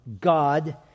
God